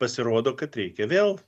pasirodo kad reikia vėl